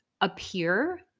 appear